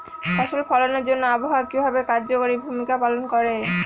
ফসল ফলানোর জন্য আবহাওয়া কিভাবে কার্যকরী ভূমিকা পালন করে?